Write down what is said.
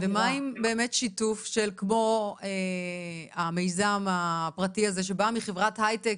כן ומה עם באמת שיתוך של כמו המיזם הפרטי הזה שבא מחברת הייטק,